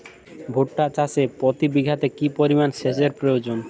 ভুট্টা চাষে প্রতি বিঘাতে কি পরিমান সেচের প্রয়োজন?